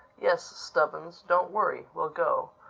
yes, stubbins. don't worry. we'll go.